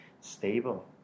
stable